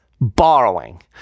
borrowing